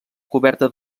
coberta